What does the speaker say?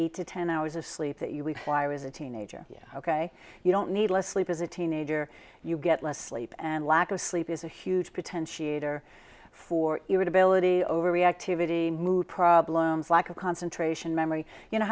eight to ten hours of sleep that you would fire as a teenager yeah ok you don't need less sleep as a teenager you get less sleep and lack of sleep is a huge potentiate or for irritability over reactivity mood problems lack of concentration memory you know